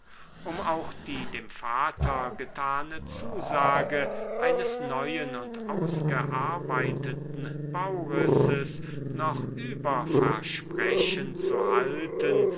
um auch die dem vater getane zusage eines neuen und ausgearbeiteten baurisses noch über versprechen zu halten